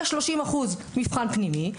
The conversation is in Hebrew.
יש 30% מבחן פנימי,